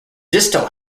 distal